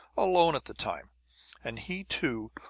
alone at the time and he, too,